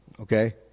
Okay